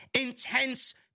intense